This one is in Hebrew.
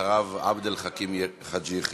ואחריו, עבד אל חכים חאג' יחיא.